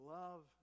love